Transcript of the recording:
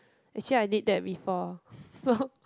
actually I did that before so